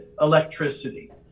electricity